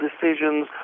decisions